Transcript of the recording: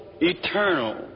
eternal